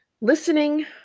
listening